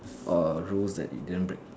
or rules that you didn't break